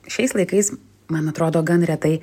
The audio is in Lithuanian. šiais laikais man atrodo gan retai